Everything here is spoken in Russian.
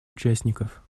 участников